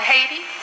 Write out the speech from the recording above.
Haiti